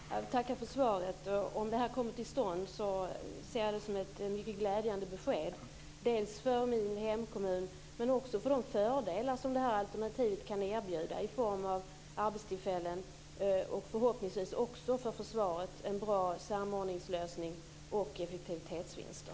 Herr talman! Tack för svaret. Om det här kommer till stånd ser jag det som mycket glädjande, både för min hemkommun och för de fördelar som detta alternativ kan erbjuda i form av arbetstillfällen. Förhoppningsvis innebär det också en bra samordningslösning för försvaret samt effektivitetsvinster.